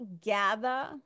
gather